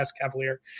Cavalier